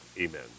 Amen